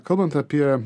kalbant apie